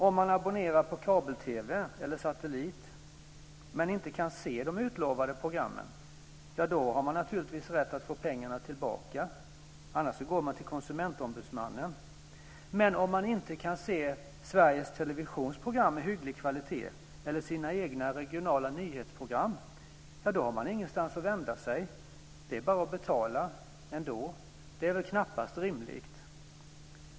Om man abonnerar på kabel-TV eller satellit men inte kan se de utlovade programmen har man naturligtvis rätt att få pengarna tillbaka. Får man inte det går man till Konsumentombudsmannen. Men om man inte kan se Sveriges Televisions program med hygglig kvalitet eller sina egna regionala nyhetsprogram har man ingenstans att vända sig. Det är bara att betala ändå. Det är väl knappast rimligt?